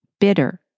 Bitter